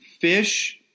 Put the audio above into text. fish